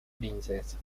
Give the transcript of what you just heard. princesa